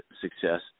success